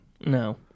no